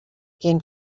again